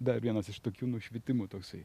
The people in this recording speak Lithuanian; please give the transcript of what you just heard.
dar vienas iš tokių nušvitimų toksai